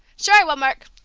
sure i will, mark!